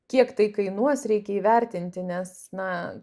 kiek tai kainuos reikia įvertinti nes na